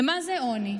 ומה זה עוני?